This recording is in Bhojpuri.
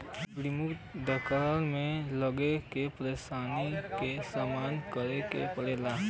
विमुद्रीकरण में लोग के परेशानी क सामना करे के पड़ल